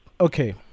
okay